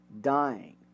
dying